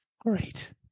Great